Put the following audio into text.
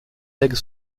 lègue